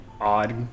odd